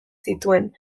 zituen